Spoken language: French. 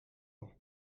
ans